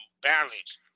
balance